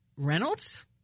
Reynolds